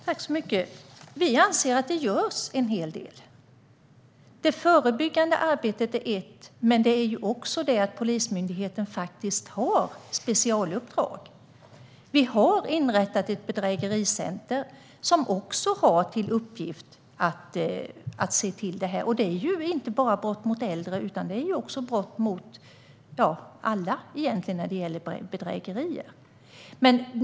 Herr talman! Vi anser att det görs en hel del. Det förebyggande arbetet är en del, men det handlar också om att Polismyndigheten faktiskt har ett specialuppdrag. Vi har inrättat ett bedrägericentrum som också har till uppgift att se till det här. Det handlar egentligen inte bara om brott mot äldre utan alla bedrägerier.